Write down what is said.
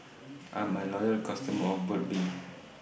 I'm A Loyal customer of Burt's Bee